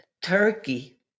Turkey